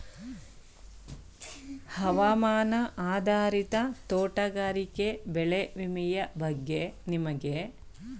ಹವಾಮಾನ ಆಧಾರಿತ ತೋಟಗಾರಿಕೆ ಬೆಳೆ ವಿಮೆಯ ಬಗ್ಗೆ ನಿಮಗೆ ಗೊತ್ತೇ?